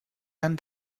han